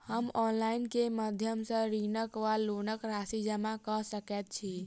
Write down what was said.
हम ऑनलाइन केँ माध्यम सँ ऋणक वा लोनक राशि जमा कऽ सकैत छी?